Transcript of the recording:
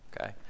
okay